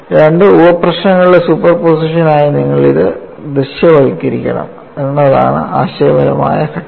രണ്ട് ഉപപ്രശ്നങ്ങളുടെ സൂപ്പർപോസിഷനായി നിങ്ങൾ ഇത് ദൃശ്യവൽക്കരിക്കണം എന്നതാണ് ആശയപരമായ ഘട്ടം